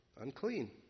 unclean